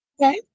Okay